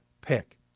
pick